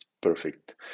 Perfect